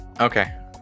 Okay